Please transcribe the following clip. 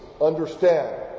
understand